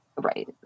Right